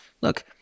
look-